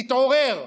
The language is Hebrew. תתעורר.